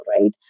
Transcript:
right